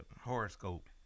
horoscope